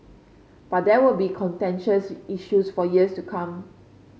but there will be contentious issues for years to come